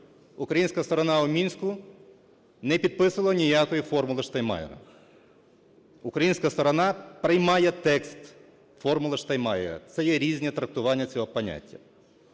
українська сторона в Мінську не підписувала ніякої "формули Штайнмайєра". Українська сторона приймає текст "формули Штайнмайєра" – це є різні трактування цього поняття.